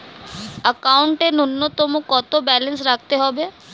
একাউন্টে নূন্যতম কত ব্যালেন্স রাখতে হবে?